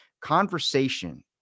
Conversation